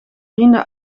vrienden